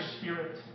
spirit